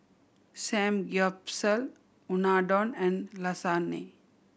Samgyeopsal Unadon and Lasagna